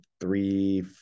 three